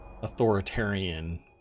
authoritarian